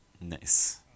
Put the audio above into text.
Nice